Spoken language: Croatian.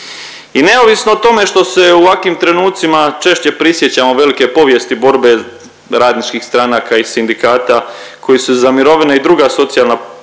I neovisno o tome što se u ovakvim trenucima češće prisjećamo velike povijesti borbe radničkih stranaka i sindikata koji su za mirovine i druga socijalna prava